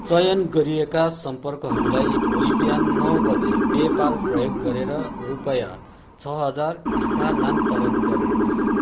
चयन गरिएका सम्पर्कहरूलाई भोलि बिहान नौ बजे पे पाल प्रयोग गरेर रुपियाँ छ हजार स्थानान्तरण गर्नुहोस्